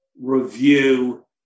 review